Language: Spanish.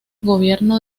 gobierno